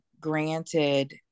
granted